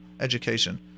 education